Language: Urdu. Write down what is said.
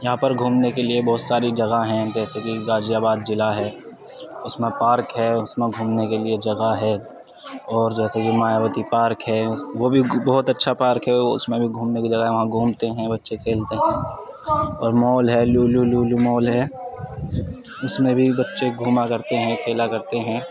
یہاں پر گھومنے کے لیے بہت ساری جگہ ہیں جیسے کہ غازی آباد ضلع ہے اس میں پارک ہے اس میں گھومنے کے لیے جگہ ہے اور جیسا کہ مایاوتی پارک ہے اس وہ بھی بہت اچھا پارک ہے اس میں بھی گھومنے کی جگہ ہے گھومتے ہیں بچے کھیلتے ہیں ایک مال ہے لولو لولو مال ہے اس میں بھی بچے گھوما کرتے ہیں کھیلا کرتے ہیں